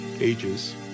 ages